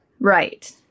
Right